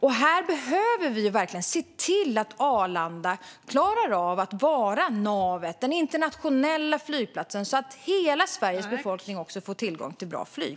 Vi behöver verkligen se till att Arlanda klarar av att vara navet, den internationella flygplatsen, så att hela Sveriges befolkning får tillgång till bra flyg.